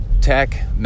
tech